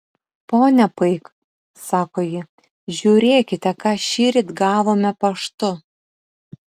ponia paik sako ji žiūrėkite ką šįryt gavome paštu